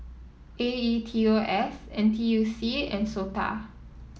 A E T O S N T U C and SOTA